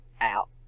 out